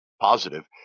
positive